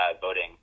voting